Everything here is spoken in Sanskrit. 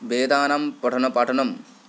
वेदानां पठनपाठनं